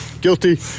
guilty